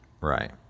Right